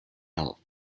health